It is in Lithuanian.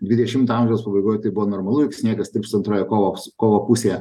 dvidešimto amžiaus pabaigoj tai buvo normalu juk sniegas tirpsta antroje kovo kovo pusėje